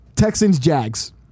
Texans-Jags